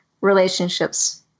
relationships